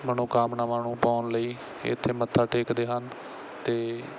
ਮਨੋਕਾਮਨਾਵਾਂ ਨੂੰ ਪਾਉਣ ਲਈ ਇੱਥੇ ਮੱਥਾ ਟੇਕਦੇ ਹਨ ਅਤੇ